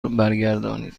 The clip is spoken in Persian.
برگردانید